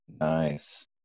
Nice